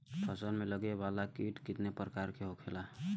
फसल में लगे वाला कीट कितने प्रकार के होखेला?